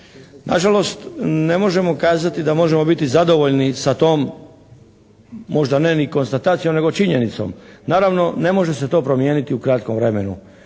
Na žalost ne možemo kazati da možemo biti zadovoljni sa tom možda ne ni konstatacijom, nego činjenicom. Naravno ne može se to promijeniti u kratkom vremenu.